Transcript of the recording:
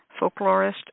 folklorist